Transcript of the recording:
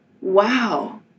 wow